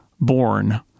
born